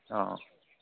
অঁ